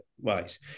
Wise